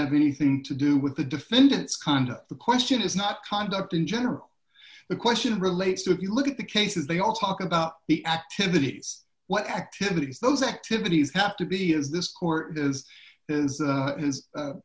have anything to do with the defendant's conduct the question is not conduct in general the question relates to if you look at the cases they all talk about the activities what activities those activities have to be is this court is is